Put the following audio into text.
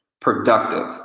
productive